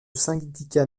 syndicat